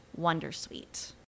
wondersuite